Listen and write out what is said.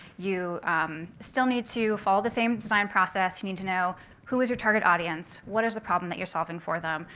you still need to follow the same design process. you need to know who is your target audience, what is the problem that you're solving for them,